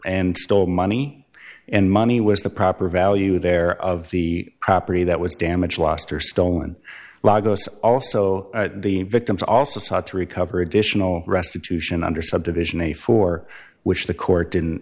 and stole money and money was the proper value there of the property that was damaged lost or stolen lagos also the victims also sought to recover additional restitution under subdivision a for which the court didn't